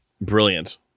Brilliant